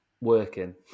working